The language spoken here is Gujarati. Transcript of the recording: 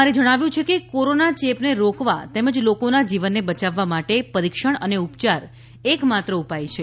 આરએ જણાવ્યું છે કે કોરોના ચેપને રોકવા તેમજ લોકોના જીવનને બચાવવા માટે પરિક્ષણ અને ઉપચાર એકમાત્ર ઉપાય છે